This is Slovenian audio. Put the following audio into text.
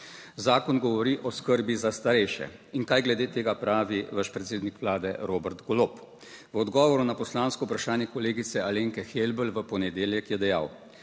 Zakon govori o skrbi za starejše. In kaj glede tega pravi vaš predsednik Vlade Robert Golob? V odgovoru na poslansko vprašanje kolegice Alenke Helbl v ponedeljek je dejal: